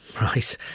right